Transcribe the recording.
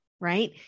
right